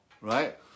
right